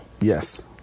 yes